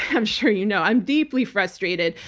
i'm sure you know, i'm deeply frustrated.